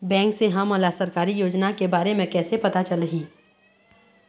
Bank से हमन ला सरकारी योजना के बारे मे कैसे पता चलही?